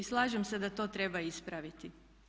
Slažem se da to treba ispraviti.